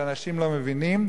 שאנשים לא מבינים,